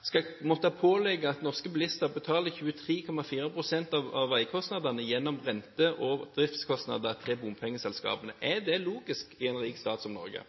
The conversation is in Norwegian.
skal pålegge sine bilister å betale 23,4 pst. av veikostnadene gjennom rente- og driftskostnader til bompengeselskapene. Er det logisk i en rik stat som Norge?